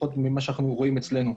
לפחות ממה שאנחנו רואים אצלנו.